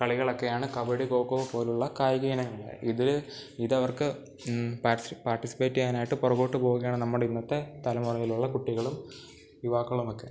കളികളൊക്കെയാണ് കബഡി കോക്കോ പോലുള്ള കായിക ഇനങ്ങൾ ഇത് ഇത് അവർക്ക് പാർട്ടിസിപ്പേറ്റ് ചെയ്യാനായിട്ട് പുറകോട്ട് പോവുകയാണ് നമ്മുടെ ഇന്നത്തെ തലമുറയിലുള്ള കുട്ടികളും യുവാക്കളുമൊക്കെ